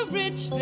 rich